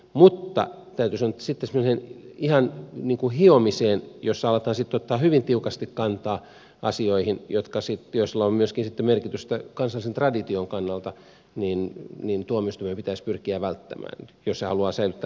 mutta täytyy sanoa että sitten semmoista ihan niin kuin hiomista jossa aletaan sitten ottaa hyvin tiukasti kantaa asioihin joilla voi myöskin olla merkitystä kansallisen tradition kannalta tuomioistuimen pitäisi pyrkiä välttämään jos se haluaa säilyttää legimiteettinsä